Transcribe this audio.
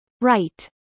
Right